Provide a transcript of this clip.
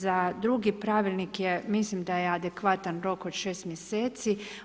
Za drugi pravilnik je, mislim da je adekvatan rok od 6 mjeseci.